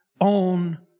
own